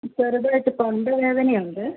ചെറുതായിട്ട് തൊണ്ട വേദനയുണ്ട്